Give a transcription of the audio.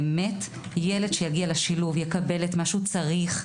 שילד שיגיע לשילוב יקבל את מה שהוא צריך,